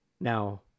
Now